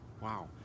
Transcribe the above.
wow